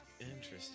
Interesting